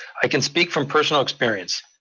i can speak from personal experience.